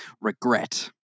regret